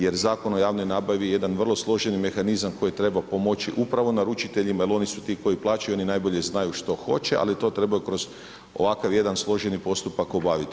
Jer Zakon o javnoj nabavi je jedan vrlo složeni mehanizam koji treba pomoći upravo naručiteljima, jer oni su ti koji plaćaju, oni najbolje znaju što hoće ali to trebaju kroz ovakav jedan složeni postupak obaviti.